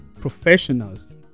professionals